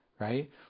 right